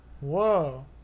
Whoa